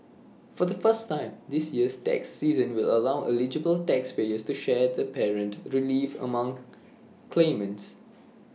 for the first time this year's tax season will allow eligible taxpayers to share the parent relief among claimants